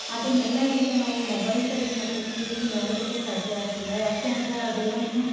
ಅದನ್ನೆಲ್ಲಾ ಈಗ ನಾವು ಮೊಬೈಲ್ಸಲ್ಲಿ ಮತ್ತು ಟಿ ವೀಲಿ ನೋಡೋದಕ್ಕೆ ಸಾಧ್ಯ ಆಗ್ತಿಲ್ಲ ಯಾಕೆ ಅಂದರೆ ಅದೆಲ್ಲನೂ